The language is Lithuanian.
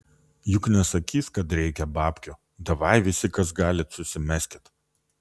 juk nesakys kad reikia babkių davai visi kas galit susimeskit